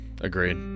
agreed